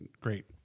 great